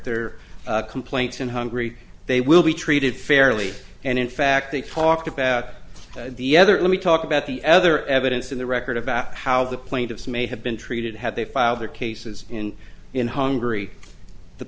other complaints and hungry they will be treated fairly and in fact they talked about the other let me talk about the other evidence in the record about how the plaintiffs may have been treated had they filed their cases in in hungary the